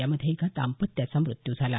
यामध्ये एका दाम्पत्याचा मृत्यू झाला